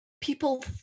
people